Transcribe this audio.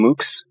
MOOCs